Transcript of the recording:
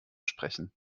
sprechen